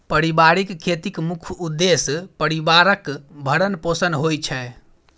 परिबारिक खेतीक मुख्य उद्देश्य परिबारक भरण पोषण होइ छै